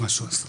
מה שהוא עשה.